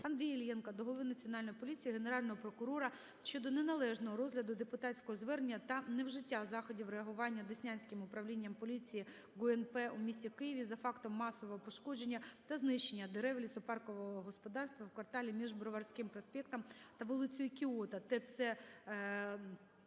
Андрія Іллєнка до Голови Національної поліції, Генерального прокурора щодо неналежного розгляду депутатського звернення та невжиття заходів реагування Деснянським управлянням поліції ГУНП у місті Києві за фактом масового пошкодження та знищення дерев лісопаркового господарства у кварталі між Броварським проспектом та вулицею Кіото, ТЦ "Leroy